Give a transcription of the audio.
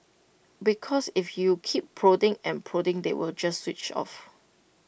because if you keep prodding and prodding they will just switch off